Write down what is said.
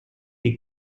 les